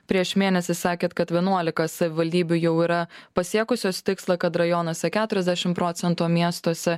prieš mėnesį sakėt kad vienuolika savivaldybių jau yra pasiekusios tikslą kad rajonuose keturiasdešim procentų miestuose